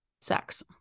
Sex